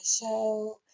show